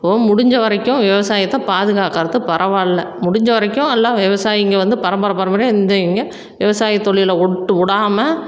இப்போது முடிஞ்ச வரைக்கும் விவசாயத்தை பாதுகாக்கிறது பரவாயில்லை முடிந்த வரைக்கும் எல்லா விவசாயிங்கள் வந்து பரம்பர பரம்பரையாக இருந்தவங்க விவசாய தொழில விட்டு விடாம